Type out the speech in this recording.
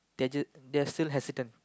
they're just they're still hesitate